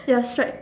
ya striped